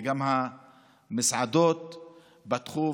וגם המסעדות פתחו,